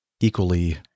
equally